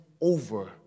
over